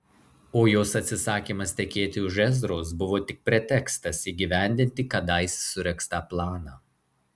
o jos atsisakymas tekėti už ezros buvo tik pretekstas įgyvendinti kadais suregztą planą